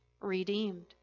redeemed